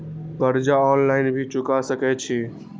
कर्जा ऑनलाइन भी चुका सके छी?